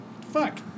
Fuck